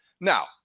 Now